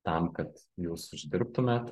tam kad jūs uždirbtumėt